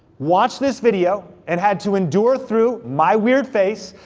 watched this video, and had to endure through my weird face,